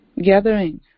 Gathering